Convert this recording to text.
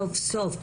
סוף סוף,